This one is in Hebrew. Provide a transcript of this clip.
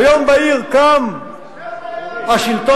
למה אתה משכתב את ההיסטוריה?